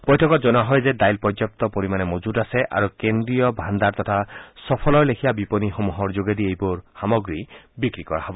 বৈঠকত জনোৱা হয় যে দাইল পৰ্যাপ্ত পৰিমাণে মজূত আছে আৰু কেন্দ্ৰীয় ভাণ্ডাৰ তথা চফলৰ লেখীয়া বিপনীসমূহৰ যোগেদি এইবোৰ সামগ্ৰী বিক্ৰী কৰা হব